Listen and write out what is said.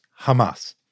Hamas